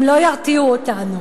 הם לא ירתיעו אותנו.